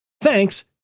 Thanks